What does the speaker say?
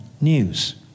news